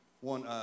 one